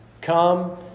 come